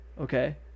Okay